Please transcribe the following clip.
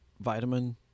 Vitamin